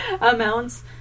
amounts